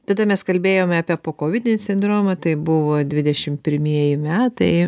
tada mes kalbėjome apie pokovidinį sindromą tai buvo dvidešim pirmieji metai